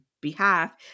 behalf